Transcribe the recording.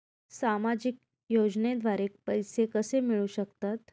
सामाजिक योजनेद्वारे पैसे कसे मिळू शकतात?